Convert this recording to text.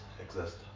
exist